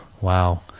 Wow